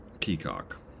Peacock